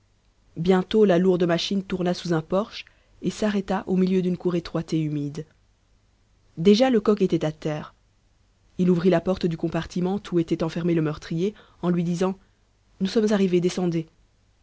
bientôt la lourde machine tourna sous un porche et s'arrêta au milieu d'une cour étroite et humide déjà lecoq était à terre il ouvrit la porte du compartiment où était enfermé le meurtrier en lui disant nous sommes arrivés descendez